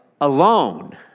alone